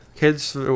Kids